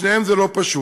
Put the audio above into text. ועם שניהם זה לא פשוט.